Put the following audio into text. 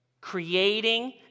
creating